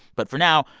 but for now,